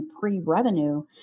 pre-revenue